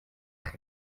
kare